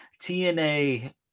tna